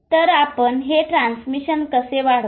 तर आपण हे ट्रान्समिशन कसे वाढवाल